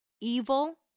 evil